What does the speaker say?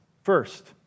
First